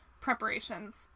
preparations